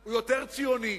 הוא יותר ציוני.